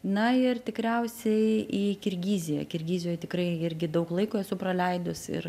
na ir tikriausiai į kirgiziją kirgizijoj tikrai irgi daug laiko esu praleidus ir